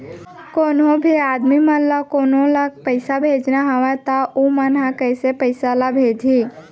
कोन्हों भी आदमी मन ला कोनो ला पइसा भेजना हवय त उ मन ह कइसे पइसा ला भेजही?